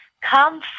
come